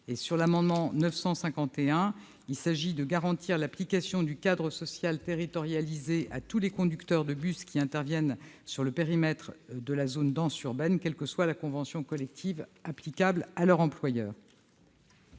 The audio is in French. Cet amendement vise à garantir l'application du cadre social territorialisé à tous les conducteurs de bus qui interviennent dans le périmètre de la zone dense urbaine, quelle que soit la convention collective applicable à leur employeur.